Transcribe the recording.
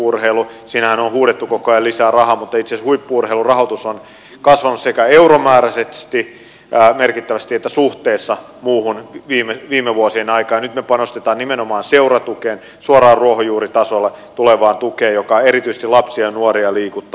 sinnehän on huudettu koko ajan lisää rahaa mutta itse asiassa huippu urheilun rahoitus on kasvanut sekä euromääräisesti merkittävästi että suhteessa muuhun viime vuosien aikana ja nyt me panostamme nimenomaan seuratukeen suoraan ruohonjuuritasolle tulevaan tukeen joka erityisesti lapsia ja nuoria liikuttaa